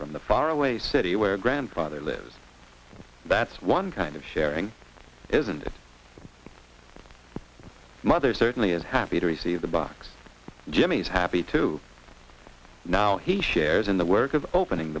from the far away city where grandfather lives that's one kind of sharing isn't it mother certainly is happy to receive the box jimmy is happy to now he shares in the work of opening